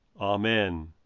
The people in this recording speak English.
Amen